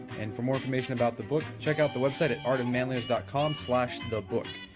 and for more information about the book, check out the website at artofmanlines dot com slash the book.